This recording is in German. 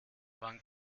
wann